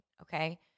Okay